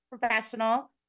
professional